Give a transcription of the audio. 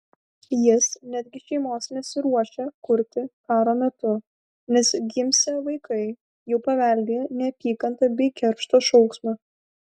jis netgi šeimos nesiruošia kurti karo metu nes gimsią vaikai jau paveldėję neapykantą bei keršto šauksmą